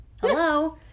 hello